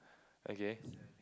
okay